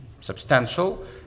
substantial